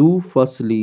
दु फसली